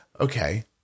Okay